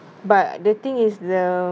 but the thing is the